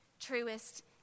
truest